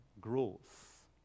growth